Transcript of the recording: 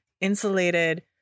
insulated